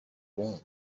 warm